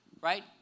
Right